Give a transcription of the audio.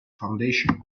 foundation